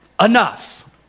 Enough